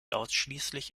ausschließlich